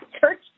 church